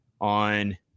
on